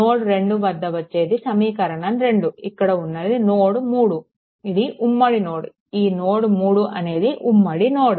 node 2 వద్ద వచ్చేది సమీకరణం 2 ఇక్కడ ఉన్నది నోడ్3 ఇది ఉమ్మడి నోడ్ ఈ నోడ్3 అనేది ఉమ్మడి నోడ్